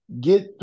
get